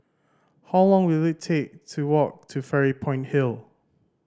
how long will it take to walk to Fairy Point Hill